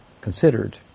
considered